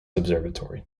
observatory